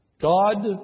God